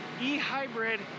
E-Hybrid